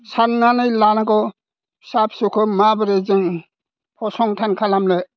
साननानै लानांगौ फिसा फिसौखौ माबोरै जों फसंथान खालामनो